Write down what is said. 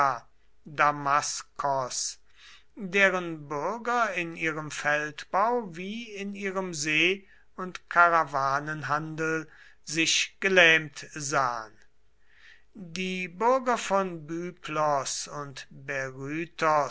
damaskos deren bürger in ihrem feldbau wie in ihrem see und karawanenhandel sich gelähmt sahen die bürger von byblos und